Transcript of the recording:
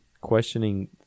questioning